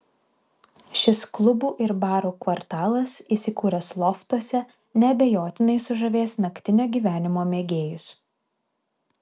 šis klubų ir barų kvartalas įsikūręs loftuose neabejotinai sužavės naktinio gyvenimo mėgėjus